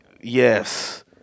yes